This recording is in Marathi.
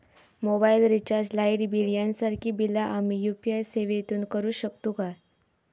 मोबाईल रिचार्ज, लाईट बिल यांसारखी बिला आम्ही यू.पी.आय सेवेतून करू शकतू काय?